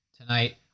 tonight